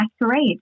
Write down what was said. masquerade